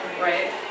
right